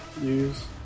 use